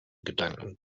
gedanken